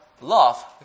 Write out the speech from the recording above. love